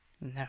No